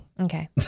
Okay